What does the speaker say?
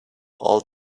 all